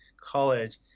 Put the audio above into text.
college